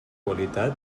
qualitat